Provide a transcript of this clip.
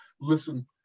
listen